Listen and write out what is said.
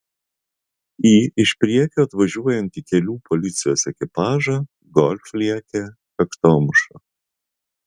į iš priekio atvažiuojantį kelių policijos ekipažą golf lėkė kaktomuša